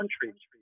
countries